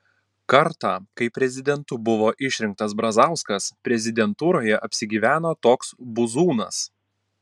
kartą kai prezidentu buvo išrinktas brazauskas prezidentūroje apsigyveno toks buzūnas